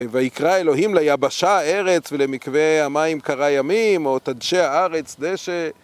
"ויקרא אלוהים ליבשה ארץ ולמקווה המים קרא ימים" או "תדשא הארץ דשא..."